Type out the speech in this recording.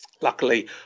luckily